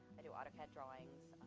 i do autocad drawings,